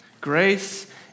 grace